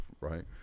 right